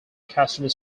customer